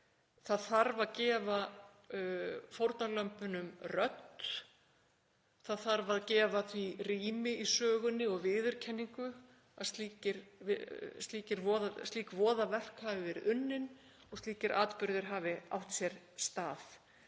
Það þarf að gefa fórnarlömbunum rödd. Það þarf að gefa því rými í sögunni og viðurkenningu að slík voðaverk hafi verið unnin og slíkir atburðir hafi átt sér stað.